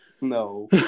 no